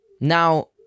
Now